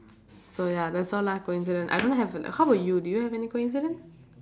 so ya that's all lah coincidence I don't have how about you do you have any coincidence